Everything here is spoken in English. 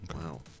Wow